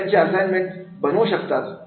ते त्यांचे असाइनमेंट बनवू शकतात